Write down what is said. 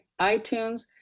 iTunes